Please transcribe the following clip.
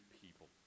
people